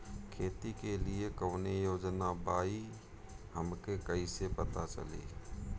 खेती के लिए कौने योजना बा ई हमके कईसे पता चली?